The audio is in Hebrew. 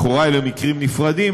לכאורה אלה מקרים נפרדים,